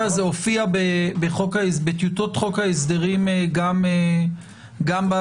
הזה הופיע בטיוטות חוק ההסדרים גם בעבר.